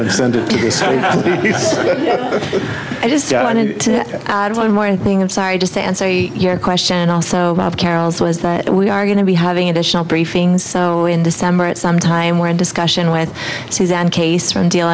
good i just wanted to add one more thing i'm sorry just to answer your question also we are going to be having additional briefings so in december at some time we're in discussion with suzanne